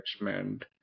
management